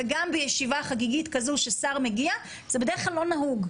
וגם בישיבה חגיגית כזו ששר מגיע זה בדרך כלל לא נהוג,